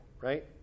right